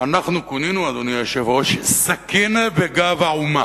אנחנו כונינו, אדוני היושב-ראש, "סכין בגב האומה"